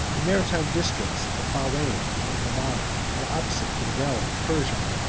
the maritime districts of bahrein and oman are opposite to the realm of persia.